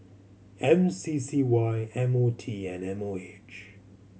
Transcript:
M C C Y M O T and M O H